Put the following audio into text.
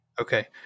Okay